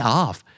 off